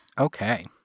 Okay